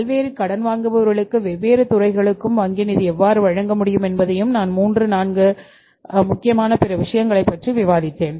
பல்வேறு கடன் வாங்குபவர்களுக்கும் வெவ்வேறு துறைகளுக்கும் வங்கி நிதி எவ்வாறு வழங்க முடியும் என்பதையும் நான் 3 4 முக்கியமான பிற விஷயங்களைப் பற்றி விவாதிப்பேன்